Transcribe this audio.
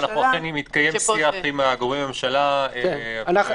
אכן אם התקיים שיח עם הגורמים בממשלה --- שוחחנו